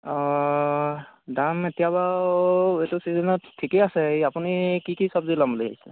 অ দাম এতিয়া বাৰু এইটো চিজনত ঠিকেই আছে এই আপুনি কি কি চব্জি ল'ম বুলি আহিছে